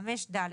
(5)(ד),